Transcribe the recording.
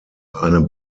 eine